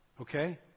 Okay